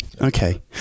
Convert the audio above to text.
okay